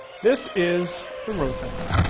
this is the rotex.